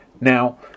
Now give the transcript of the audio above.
Now